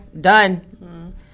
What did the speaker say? done